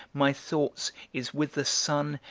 my thoughts, is with the sun,